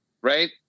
right